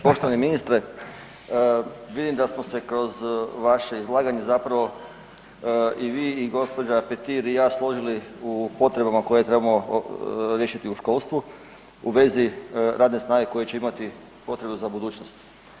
Poštovani ministre, vidim da smo se kroz vaše izlaganje zapravo i vi i gospođa Petir i ja složili u potrebama koje trebamo riješiti u školstvu u vezi radne snage koje će imati potrebu za budućnost.